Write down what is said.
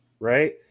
Right